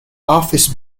office